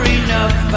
enough